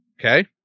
Okay